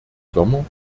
sommer